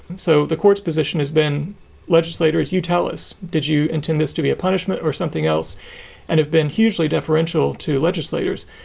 so the court's position has been legislators. you tell us, did you intend this to be a punishment or something else and have been hugely deferential to legislators?